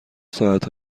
ساعت